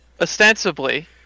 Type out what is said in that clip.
ostensibly